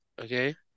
Okay